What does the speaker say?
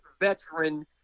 veteran